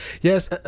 Yes